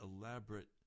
elaborate